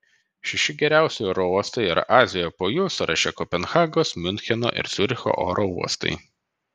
šeši geriausi oro uostai yra azijoje po jų sąraše kopenhagos miuncheno ir ciuricho oro uostai